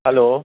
hello